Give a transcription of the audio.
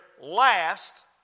last